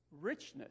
richness